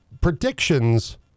predictions